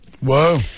Whoa